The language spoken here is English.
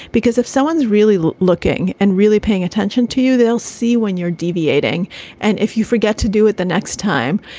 because if someone's really looking and really paying attention to you, they'll see when you're deviating and if you forget to do it the next time.